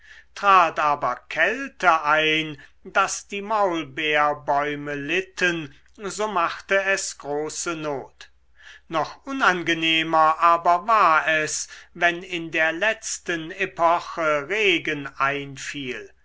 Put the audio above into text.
trat aber kälte ein daß die maulbeerbäume litten so machte es große not noch unangenehmer aber war es wenn in der letzten epoche regen einfiel